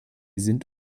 sind